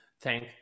Thank